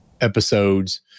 episodes